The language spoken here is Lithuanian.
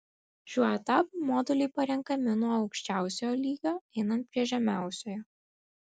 šiuo etapu moduliai parenkami nuo aukščiausiojo lygio einant prie žemiausiojo